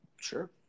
Sure